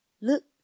look